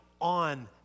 on